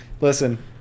Listen